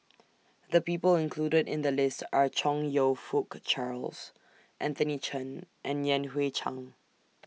The People included in The list Are Chong YOU Fook Charles Anthony Chen and Yan Hui Chang